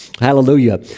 Hallelujah